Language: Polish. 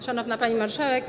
Szanowna Pani Marszałek!